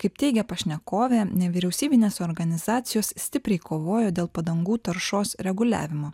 kaip teigia pašnekovė nevyriausybinės organizacijos stipriai kovojo dėl padangų taršos reguliavimo